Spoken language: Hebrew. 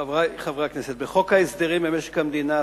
חברי חברי הכנסת, בחוק ההסדרים במשק המדינה,